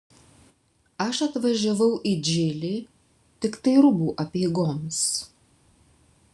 aš atvažiavau į džilį tiktai rūbų apeigoms